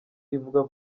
ivuga